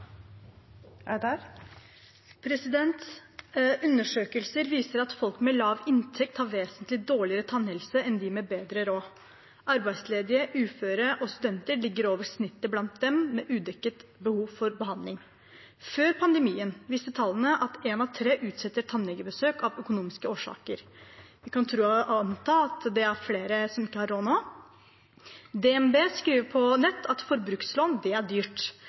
Undersøkelser viser at folk med lav inntekt har vesentlig dårligere tannhelse enn dem med bedre råd. Arbeidsledige, uføre og studenter ligger over snittet blant dem med udekket behov for behandling. Før pandemien viste tallene at én av tre utsetter tannlegebesøk av økonomiske årsaker. Vi kan tro og anta at det er flere som ikke har råd nå. DNB skriver på internett at forbrukslån er dyrt,